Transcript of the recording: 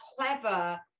clever